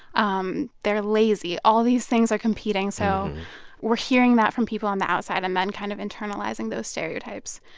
um they're lazy. all of these things are competing. so we're hearing that from people on the outside and then kind of internalizing those stereotypes.